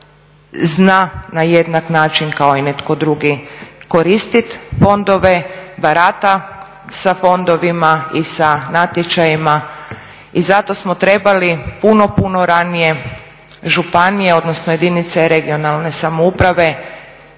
zna na jednak način kao i netko drugi koristiti fondove, barata sa fondovima i sa natječajima. I zato smo trebali puno, puno ranije županije, odnosno jedinice regionalne samouprave